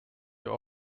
wir